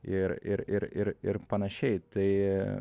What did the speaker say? ir ir ir ir ir panašiai tai